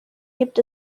gibt